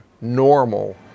normal